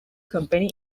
company